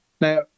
Now